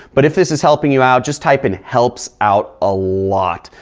but if this is helping you out, just type in, helps out a lot.